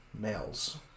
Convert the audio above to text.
males